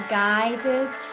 guided